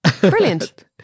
Brilliant